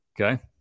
Okay